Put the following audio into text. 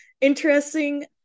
interesting